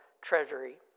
treasury